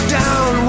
down